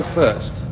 first